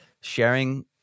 sharing